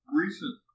recent